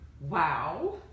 Wow